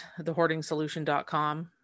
thehoardingsolution.com